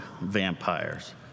vampires